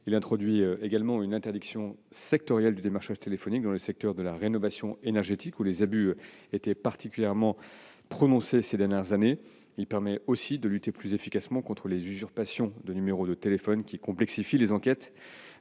Elle introduit également une interdiction du démarchage téléphonique dans le secteur de la rénovation énergétique, où les abus étaient particulièrement prononcés ces dernières années. Elle permet aussi de lutter plus efficacement contre les usurpations de numéros de téléphone, qui complexifient les enquêtes